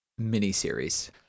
miniseries